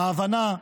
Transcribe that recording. ההבנה,